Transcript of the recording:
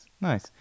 Nice